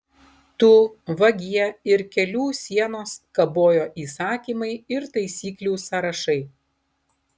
tu vagie ir kelių sienos kabojo įsakymai ir taisyklių sąrašai